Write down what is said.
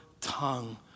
tongue